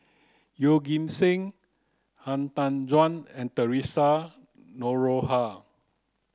Yeoh Ghim Seng Han Tan Juan and Theresa Noronha